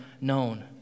known